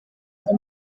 ngo